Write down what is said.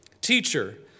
teacher